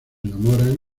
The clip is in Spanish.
enamoran